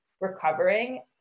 recovering